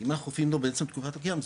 כי אם אנחנו מחליפים אותו באמצע תקופת הקיום,